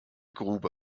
grube